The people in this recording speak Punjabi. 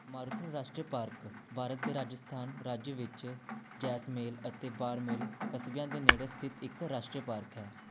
ਮਾਰੂਥਲ ਰਾਸ਼ਟਰ ਪਾਰਕ ਭਾਰਤ ਦੇ ਰਾਜਸਥਾਨ ਰਾਜ ਵਿੱਚ ਜੈਸਮੇਲ ਅਤੇ ਬਾਰਮੇਲ ਕਸਬਿਆਂ ਦੇ ਨੇੜੇ ਸਥਿਤ ਇੱਕ ਰਾਸ਼ਟਰੀ ਪਾਰਕ ਹੈ